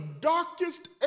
darkest